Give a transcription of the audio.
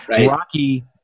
Rocky